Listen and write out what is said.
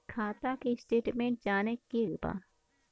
खाता के स्टेटमेंट जाने के बा?